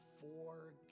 four